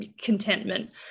contentment